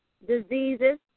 Diseases